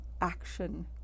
action